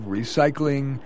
recycling